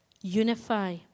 Unify